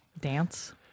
Dance